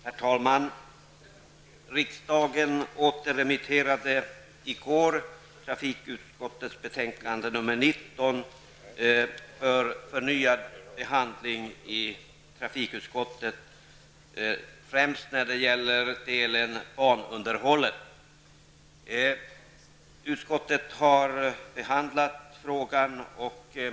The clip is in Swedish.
Herr talman! Riksdagen återremitterade i går trafikutskottets betänkande 19 för förnyad behandling i trafikutskottet främst när det gäller delen banunderhållet. Utskottet har behandlat frågan.